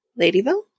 Ladyville